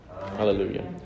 Hallelujah